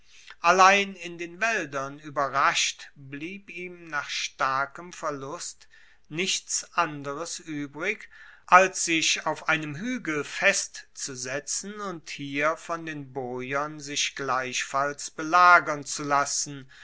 allein in den waeldern ueberrascht blieb ihm nach starkem verlust nichts anderes uebrig als sich auf einem huegel festzusetzen und hiervon den boiern sich gleichfalls belagern zu lassen